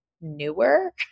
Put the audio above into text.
newer